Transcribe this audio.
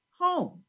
home